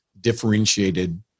differentiated